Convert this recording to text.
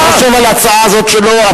מה הוא חושב על ההצעה הזאת שלו,